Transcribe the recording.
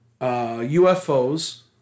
UFOs